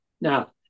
Now